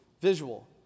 visual